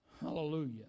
Hallelujah